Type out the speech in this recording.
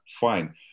fine